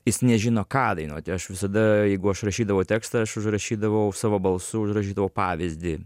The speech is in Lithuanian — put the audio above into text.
jis nežino ką dainuoti aš visada jeigu aš rašydavau tekstą aš užrašydavau savo balsu užrašydavau pavyzdį